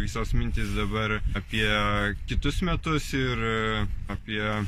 visos mintys dabar apie kitus metus ir apie